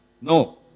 No